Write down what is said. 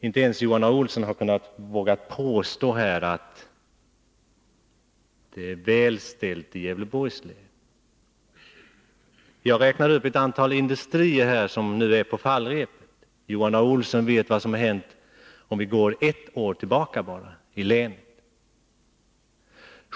Inte ens Johan A. Olsson har vågat påstå att det är väl ställt i Gävleborgs län. Jag räknade upp ett antal industrier som nu är på fallrepet. Johan A. Olsson vet vad som har hänt i länet om vi bara går ett år tillbaka i tiden.